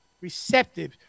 receptive